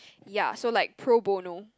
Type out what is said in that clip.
ya so like pro bono